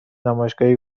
نمایشگاهی